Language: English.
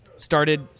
Started